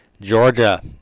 Georgia